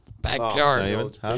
backyard